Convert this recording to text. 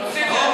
קול,